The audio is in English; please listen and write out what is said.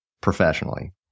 professionally